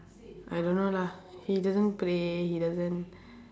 I don't know lah he doesn't pray he doesn't